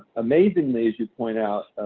amazingly, as you point out,